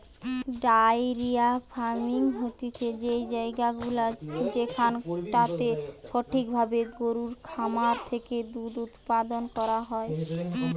diary farming হতিছে সেই জায়গাগুলা যেখানটাতে সঠিক ভাবে গরুর খামার থেকে দুধ উপাদান করা হয়